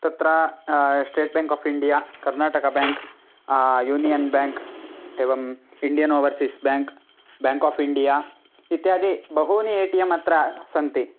तत्र state bank of India Karnataka bank union bank एवम् Indian overseas bank bank of India इत्यादि बहूनि A T M अत्र सन्ति